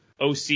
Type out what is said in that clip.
OC